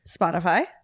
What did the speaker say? Spotify